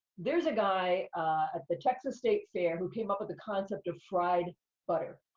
there's a guy at the texas state fair who came up with the concept of fried butter.